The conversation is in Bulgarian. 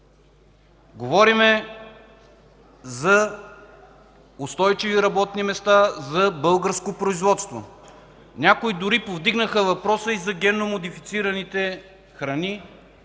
Говорим за устойчиви работни места, за българско производство. Някои дори повдигнаха въпроса и за генномодифицираните храни.